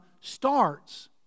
starts